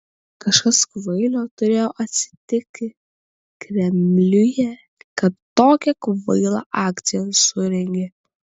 kažkas kvailo turėjo atsitiki kremliuje kad tokią kvailą akciją surengė